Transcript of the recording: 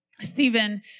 Stephen